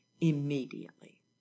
immediately